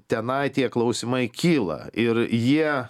tenai tie klausimai kyla ir jie